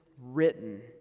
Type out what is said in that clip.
written